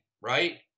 right